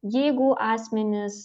jeigu asmenys